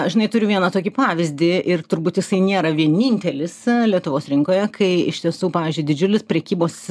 žinai turiu vieną tokį pavyzdį ir turbūt jisai nėra vienintelis lietuvos rinkoje kai iš tiesų pavyzdžiui didžiulis prekybos